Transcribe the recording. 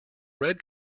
red